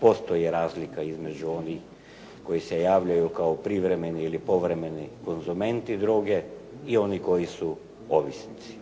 Postoji razlika između onih koji se javljaju kao privremeni ili povremeni konzumenti droge i onih koji su ovisnici.